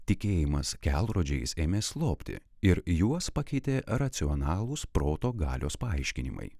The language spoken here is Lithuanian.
tikėjimas kelrodžiais ėmė slopti ir juos pakeitė racionalūs proto galios paaiškinimai